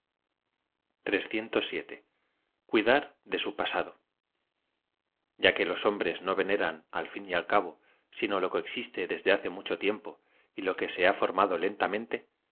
hasta ahora utdar de m pasado t a que los hombres no veneran al fin y al cabo sino lo que existe desde hace mucho tiempo y lo que se ha formado lentamente